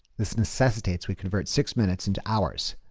this necessitates we convert six minutes into hours.